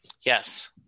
Yes